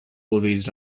always